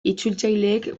itzultzaileek